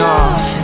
off